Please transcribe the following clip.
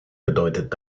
bedeutet